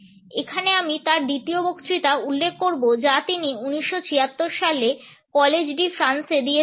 এখানে আমি তাঁর দ্বিতীয় বক্তৃতা উল্লেখ করব যা তিনি 1976 সালে কলেজ ডি ফ্রান্সে দিয়েছিলেন